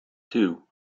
two